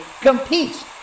competes